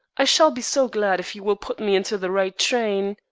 i shall be so glad if you will put me into the right train.